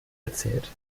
erzählt